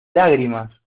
lágrimas